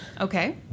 Okay